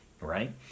right